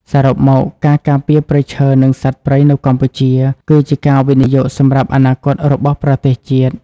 សរុបមក ការការពារព្រៃឈើ និងសត្វព្រៃនៅកម្ពុជាគឺជាការវិនិយោគសម្រាប់អនាគតរបស់ប្រទេសជាតិ។